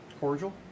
Cordial